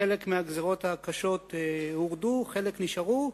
חלק מהגזירות הקשות הורדו, חלק נשארו,